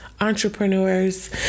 entrepreneurs